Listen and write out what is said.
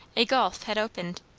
a gulf had opened.